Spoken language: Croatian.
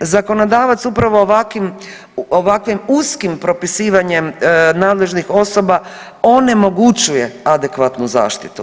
Zakonodavac upravo ovakvim uskim propisivanjem nadležnih osoba onemogućuje adekvatnu zaštitu.